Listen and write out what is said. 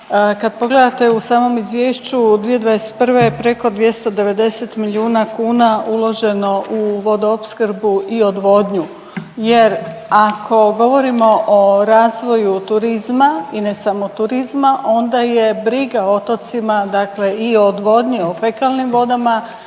Kad pogledate u samom Izvješću 2021., preko 290 milijuna kuna uloženo u vodoopskrbu i odvodnju jer ako govorimo o razvoju turizma i ne samo turizma, onda je briga o otocima, dakle i o odvodnji, o fekalnim vodama